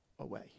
away